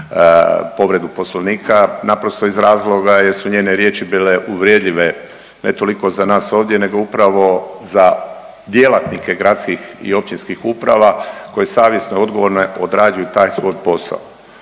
povredu Poslovnika naprosto iz razloga jer su njene riječi bile uvredljive ne toliko za nas ovdje, nego upravo za djelatnike gradskih i općinskih uprava koje savjesno i odgovorno odrađuju taj svoj posao.